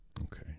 Okay